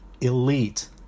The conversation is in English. elite